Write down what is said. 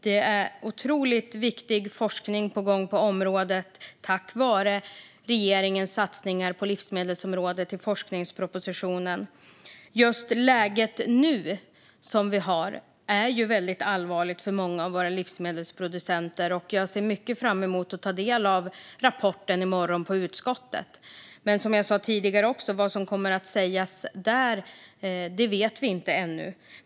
Det är mycket viktig forskning på gång på området tack vare regeringens satsningar på livsmedelsområdet i forskningspropositionen. Läget som vi har just nu är mycket allvarligt för många av våra livsmedelsproducenter. Jag ser mycket fram emot att ta del av rapporten i morgon i utskottet. Men, som jag sa tidigare, vad som kommer att sägas där vet vi inte än.